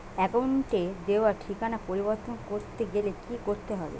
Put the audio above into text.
অ্যাকাউন্টে দেওয়া ঠিকানা পরিবর্তন করতে গেলে কি করতে হবে?